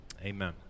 Amen